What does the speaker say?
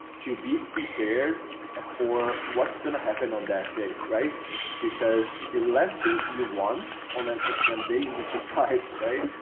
to be prepared ah for what's going to happen on that day right because the last thing you want on an exam day is a surprise right.